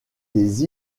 des